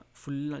full